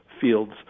fields